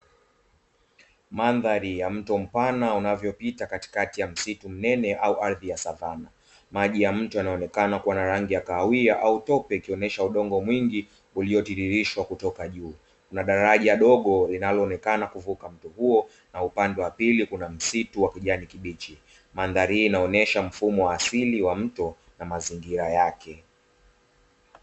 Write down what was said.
Mazingira ya mto mpana unavyopita katikati ya msitu mnene au ardhi ya savana, maji ya mto yanaonekana kuwa na rangi ya kahawia au tope, ikionyesha udongo mwingi uliotiririshwa kutoka juu na daraja dogo linaloonekana kuvuka mto huo, na upande wa pili kuna msitu wa kijani kibichi. Mandhari hii inaonyesha mfumo wa asili wa mto na mazingira yake.